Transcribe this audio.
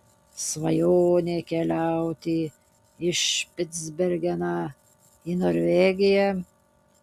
svajonė keliauti į špicbergeną į norvegiją